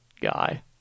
guy